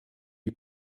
die